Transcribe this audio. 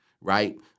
Right